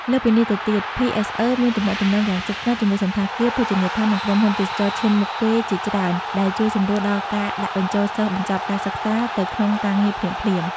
លើសពីនេះទៅទៀត ភីអេសអឺមានទំនាក់ទំនងយ៉ាងជិតស្និទ្ធជាមួយសណ្ឋាគារ ភោជនីយដ្ឋាន និងក្រុមហ៊ុនទេសចរណ៍ឈានមុខគេជាច្រើន ដែលជួយសម្រួលដល់ការដាក់បញ្ចូលសិស្សបញ្ចប់ការសិក្សាទៅក្នុងការងារភ្លាមៗ។